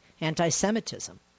anti-Semitism